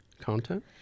content